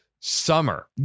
summer